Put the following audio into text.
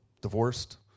divorced